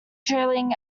trailing